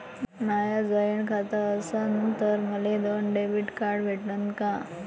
माय joint खातं असन तर मले दोन डेबिट कार्ड भेटन का?